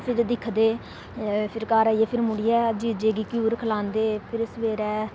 फिर दिखदे फिर घर आइयै मुड़ियै जीजे गी घ्यूर खलांदे फिर सबेरे